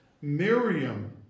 Miriam